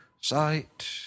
sight